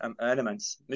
elements